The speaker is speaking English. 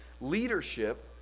leadership